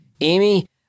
Amy